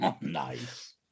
Nice